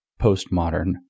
postmodern